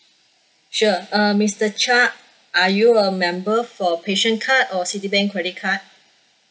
sure uh mister chia are you a member for passion card or citibank credit card